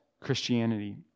Christianity